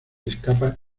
escapa